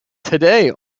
today